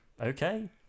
okay